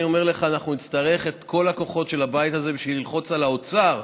אנחנו נצטרך את כל הכוחות של הבית הזה כדי ללחוץ על האוצר,